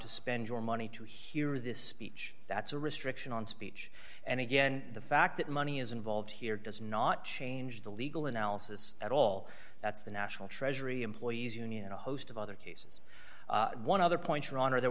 to spend your money to hear this speech that's a restriction on speech and again the fact that money is involved here does not change the legal analysis at all that's the national treasury employees union and a host of other cases one other point your honor there